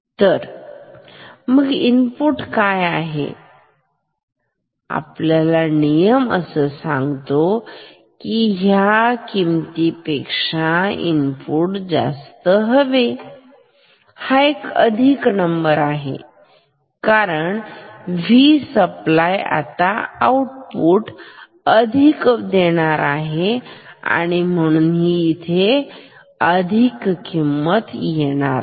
तर मग इनपुट काय आहे तर नियम असा सांगतो की ह्या किमतीपेक्षा जास्त आहे हा एक अधिक नंबर आहे कारण V सप्लाय आता आउटपुट अधिक आहे म्हणून इथे अधिक किंमत येईल